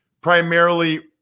primarily